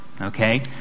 okay